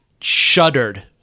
shuddered